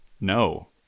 no